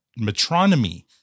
metronomy